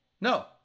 no